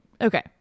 okay